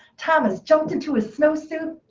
thomas jumped into his snowsuit,